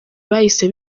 bahise